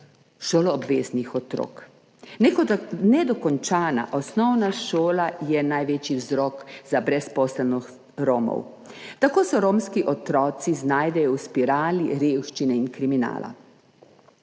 šoloobveznih otrok. Nedokončana osnovna šola je največji vzrok za brezposelnost Romov. Tako se romski otroci znajdejo v spirali revščine in kriminala.